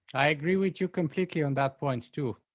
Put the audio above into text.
i agree with you completely on that point too.